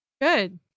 Good